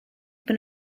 been